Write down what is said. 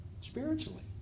spiritually